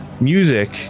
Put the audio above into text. music